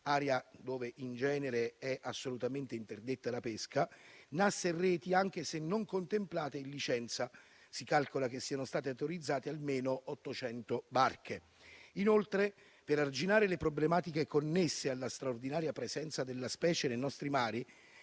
(area dove in genere è assolutamente interdetta la pesca) nasse e reti, anche se non contemplate in licenza. Si calcola che siano state autorizzate almeno 800 barche. Inoltre, per arginare le problematiche connesse alla presenza della specie nei nostri mari,